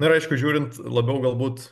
na ir aišku žiūrint labiau galbūt